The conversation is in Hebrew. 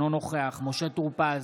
אינו נוכח משה טור פז,